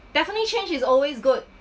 definitely change is always good